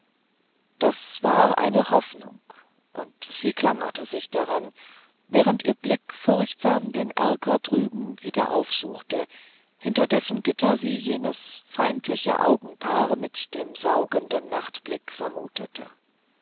das war eine hoffnung und sie klammerte sich daran während ihr blick furchtsam den erker drüben wieder aufsuchte hinter dessen gitter sie jenes feindliche augenpaar mit dem saugenden nachtblick vermutete